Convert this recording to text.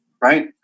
right